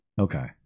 Okay